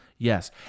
Yes